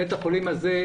בית החולים הזה,